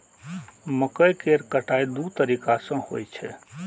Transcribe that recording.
मकइ केर कटाइ दू तरीका सं होइ छै